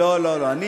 לא, לא, לא.